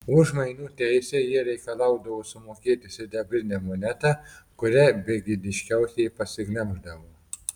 už mainų teisę jie reikalaudavo sumokėti sidabrinę monetą kurią begėdiškiausiai pasiglemždavo